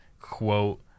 quote